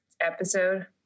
episode